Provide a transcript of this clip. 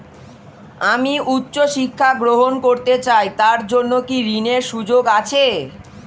আমি উচ্চ শিক্ষা গ্রহণ করতে চাই তার জন্য কি ঋনের সুযোগ আছে?